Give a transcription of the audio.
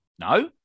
No